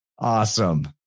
Awesome